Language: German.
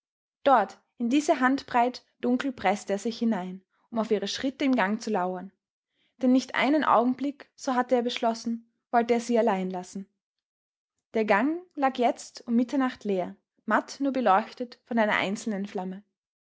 dort in diese handbreit dunkel preßte er sich hinein um auf ihre schritte im gang zu lauern denn nicht einen augenblick so hatte er beschlossen wollte er sie allein lassen der gang lag jetzt um mitternacht leer matt nur beleuchtet von einer einzelnen flamme